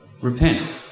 repent